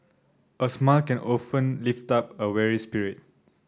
a smile can often lift up a weary spirit